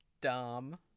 dumb